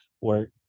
work